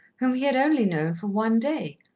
whom he had only known for one day,